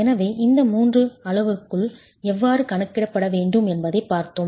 எனவே இந்த மூன்று அளவுருக்கள் எவ்வாறு கணக்கிடப்பட வேண்டும் என்பதைப் பார்த்தோம்